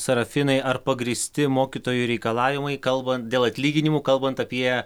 serafinai ar pagrįsti mokytojų reikalavimai kalbant dėl atlyginimų kalbant apie